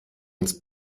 ins